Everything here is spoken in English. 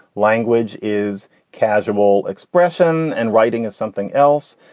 language is casual expression and writing is something else.